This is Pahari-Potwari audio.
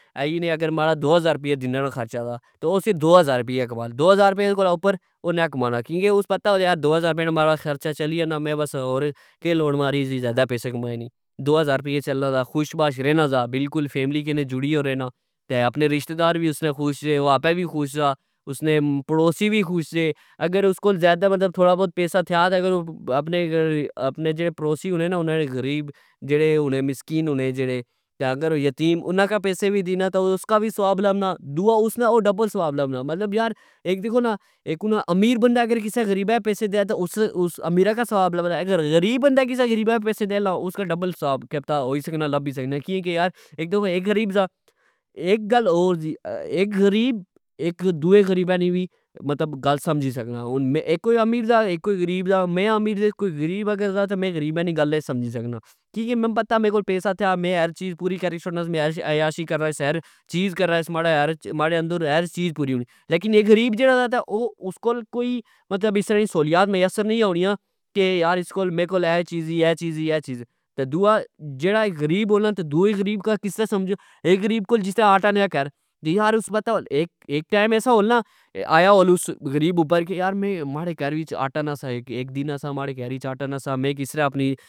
ایی جنے ماڑا دوہزار دنہ نا خرچہ ساتہ او صرف دو ہزار رپیا کمان دوہزار رپیہ کولوں اپر او نی کمانا ،کیاکہ اسکی پتا سا کہ دو ہزار رپے نا مڑا خرچہ چلی جانا میں ہور کہ لوڑماری سی ذئدہ پسے کمانے نی دو ہزار رپیے وچ چلنا سا خوش باش رہنا سا بلکل فیملی کی نا جڑی آ رہنا تہ اپنے رشتہدار وی اسنے خوش سے او آپہ وی خوش سا اسنے پڑوسی وی خوش سے اگر اسکول زئدہ مطلب تھوڑا بوت پیسا تھیا تہ اپنے جیڑے پڑوسی ہونے جیڑے مسکین ہونے جیڑے تہ اگر یتیم انا کا پیسے دئی نا انا نا وی صواب ملنا۔ دؤا او اسنا او ڈبل صواب لبنا ،مطلب یار اک دیکھو نا اک امیر بندا اک اگر کسہ غریبہ کی پیسے دہہ تہ اس امیرہ کی کہ صواب لبنا اگر غریب بندا کسہ غریبہ کی پیسے دہہ نا اسنا ڈبل کہ پتا ہوئی سکنا لبی سکنا کیاکہ یار اک غریب سا اک گل ہور سی اک غریب اک دؤئے غریبہ نی وی گل سمجی سکنا۔ ہن ہک کوئی امیر سا اک غریب سا ،مین آپیر دے کوئی غریب اگر دا تہ میں غریبہ نی گلہ کی سمجی سکنا کیاکہ مکی پتا میرے کول پیسا تھیا میں ہر چیز پوری کری شوڑنا ہر عیاشی کرنا ہر چیز کرنا ہیر ماڑے اندر ہیر چیز پوری ہونی لیکن اک غریب جیڑا دا اس کول کوئی مطلب اس طرع نی سہولیات میسر نی ہونیا کہ یار اس کول پیرے کول اہہ چیز ای اہ چیز ای اے چیز دواجیڑا اک غریب کا کسا سمجو اک گریب کول جسرہ آٹا نی آ کاردوئی آ اسا پتا ہول اک ٹئم اسرہ ہلنا کہ آیا ہوس غرییب اپرکہ یار اک دن آٹا نا سا اک ماڑے کار اچ آٹا نا سا میں کسرہ اپنی